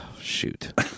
Shoot